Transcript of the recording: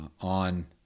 on